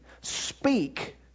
speak